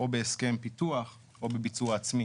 או בהסכם פיתוח או בביצוע עצמי